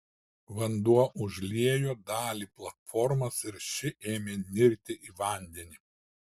vanduo užliejo dalį platformos ir ši ėmė nirti į vandenį